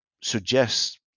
suggests